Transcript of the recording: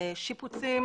שיפוצים